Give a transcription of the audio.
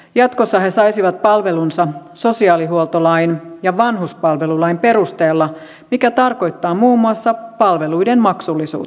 jatkossa he saisivat palvelunsa sosiaalihuoltolain ja vanhuspalvelulain perusteella mikä tarkoittaa muun muassa palveluiden maksullisuutta